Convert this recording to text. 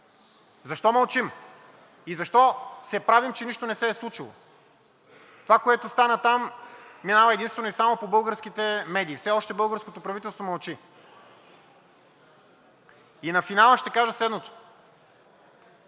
защо мълчим и защо се правим, че нищо не се е случило? Това, което стана там, минава единствено и само по българските медии. Все още българското правителство мълчи. И на финала ще кажа следното: